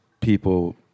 people